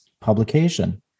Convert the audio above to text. publication